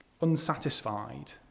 unsatisfied